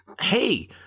Hey